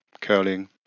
curling